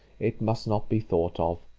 it must not be thought of.